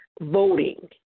voting